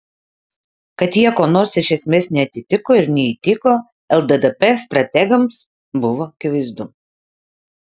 kad jie kuo nors iš esmės neatitiko ir neįtiko lddp strategams buvo akivaizdu